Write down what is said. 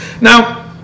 Now